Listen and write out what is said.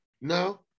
No